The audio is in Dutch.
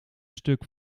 stuk